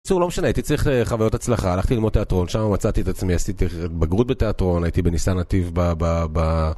בקיצור, לא משנה. הייתי צריך חוויות הצלחה, הלכתי ללמוד תיאטרון, שם מצאתי את עצמי, עשיתי בגרות בתיאטרון, הייתי בניסן נתיב, ב... ב... ב...